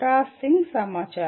processing సమాచారం